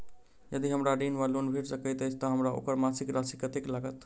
यदि हमरा ऋण वा लोन भेट सकैत अछि तऽ हमरा ओकर मासिक राशि कत्तेक लागत?